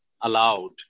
allowed